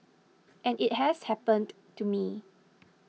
and it has happened to me